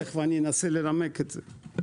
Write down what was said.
תכף אנסה לנמק את זה.